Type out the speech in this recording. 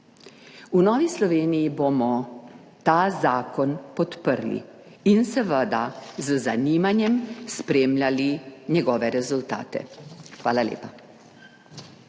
V Novi Sloveniji bomo ta zakon podprli in seveda z zanimanjem spremljali njegove rezultate. Hvala lepa.